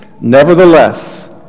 Nevertheless